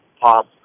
pop